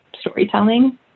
storytelling